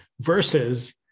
Versus